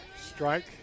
Strike